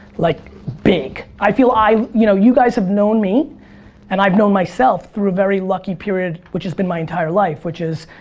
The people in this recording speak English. like big! i feel i, you know, you guys have known me and i've known myself through a very lucky period, which has been my entire life, which is,